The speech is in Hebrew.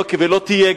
ולא תהיה.